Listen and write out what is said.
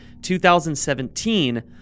2017